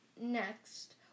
Next